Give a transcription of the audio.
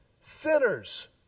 sinners